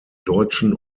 deutschen